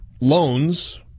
loans